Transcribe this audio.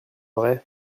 vrai